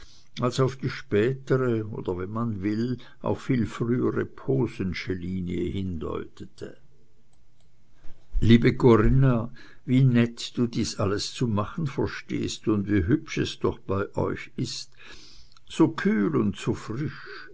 als auf die spätere oder wenn man will auch viel frühere posensche linie hindeutete liebe corinna wie nett du dies alles zu machen verstehst und wie hübsch es doch bei euch ist so kühl und so frisch